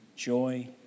Joy